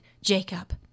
Jacob